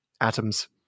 atoms